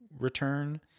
return